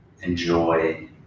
enjoy